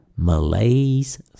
Malaise